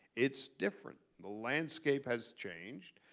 it's different. the landscape has changed.